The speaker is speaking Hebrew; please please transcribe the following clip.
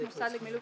לקבלת